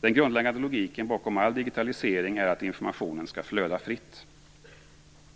Den grundläggande logiken bakom all digitalisering är att informationen skall flöda fritt.